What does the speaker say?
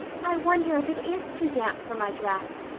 i wonder if it is too damp for my dress,